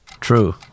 True